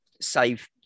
save